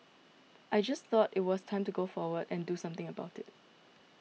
I just thought it was the time to go forward and do something about it